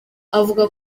avuga